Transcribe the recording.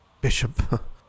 bishop